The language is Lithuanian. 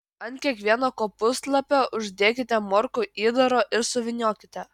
ant kiekvieno kopūstlapio uždėkite morkų įdaro ir suvyniokite